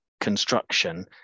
construction